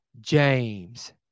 James